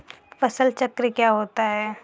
फसल चक्र क्या होता है?